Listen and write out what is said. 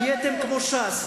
נהייתם כמו ש"ס,